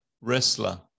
wrestler